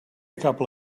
couple